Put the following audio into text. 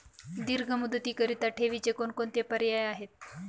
दीर्घ मुदतीकरीता ठेवीचे कोणकोणते पर्याय आहेत?